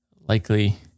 likely